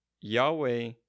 yahweh